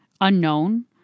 unknown